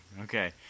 Okay